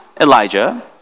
Elijah